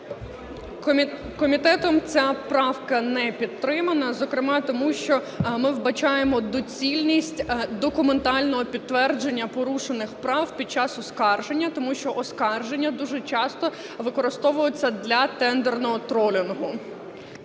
Комітетом ця правка не підтримана, зокрема, тому що ми вбачаємо доцільність документального підтвердження порушених прав під час оскарження, тому що оскарження дуже часто використовується для тендерного тролінгу.